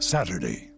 Saturday